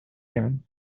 him